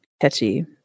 catchy